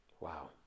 Wow